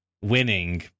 winning